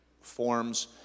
forms